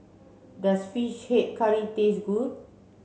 does fish head curry taste good